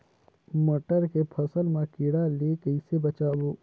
मटर के फसल मा कीड़ा ले कइसे बचाबो?